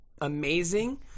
amazing